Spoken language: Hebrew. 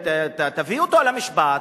תביא אותו למשפט